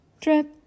drip